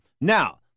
Now